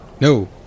no